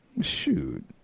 Shoot